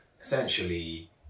essentially